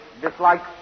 dislikes